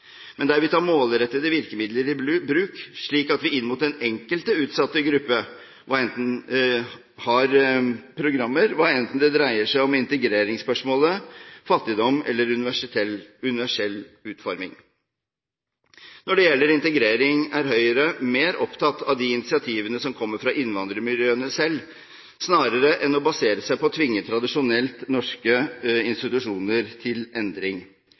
men der vi tar målrettede virkemidler i bruk, slik at vi inn mot den enkelte utsatte gruppe har programmer, enten det dreier seg om integreringsspørsmål, fattigdom eller universell utforming. Når det gjelder integrering, er Høyre mer opptatt av de initiativene som kommer fra innvandrermiljøene selv, snarere enn å basere seg på å tvinge tradisjonelt norske institusjoner til endring